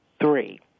three